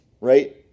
right